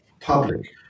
public